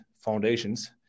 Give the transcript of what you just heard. foundations